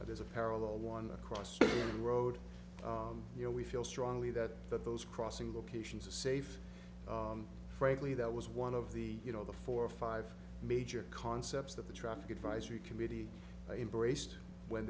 is a parallel one across the road you know we feel strongly that that those crossing locations are safe frankly that was one of the you know the four or five major concepts that the traffic advisory committee embraced when